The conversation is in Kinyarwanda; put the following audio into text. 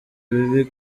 bibi